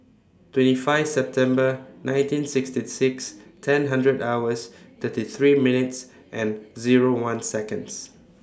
twenty five September nineteen sixty six ten hundred hours thirty three minutes and Zero one Seconds